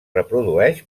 reprodueix